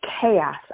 chaos